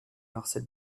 marcel